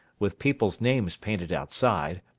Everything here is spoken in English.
with people's names painted outside,